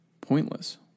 pointless